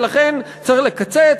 ולכן צריך לקצץ,